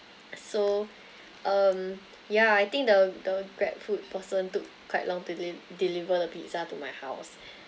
so um yeah I think the the grab food person took quite long to deli~ deliver the pizza to my house